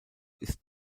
ist